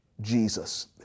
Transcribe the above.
Jesus